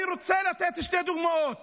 אני רוצה לתת שתי דוגמאות